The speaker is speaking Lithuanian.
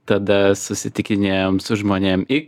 tada susitikinėjom su žmonėms x